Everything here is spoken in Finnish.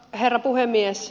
herra puhemies